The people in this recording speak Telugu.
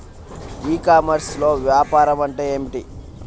ఈ కామర్స్లో వ్యాపారం అంటే ఏమిటి?